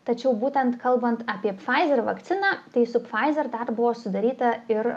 tačiau būtent kalbant apie pfizer vakciną tai su pfizer dar buvo sudaryta ir